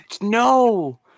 no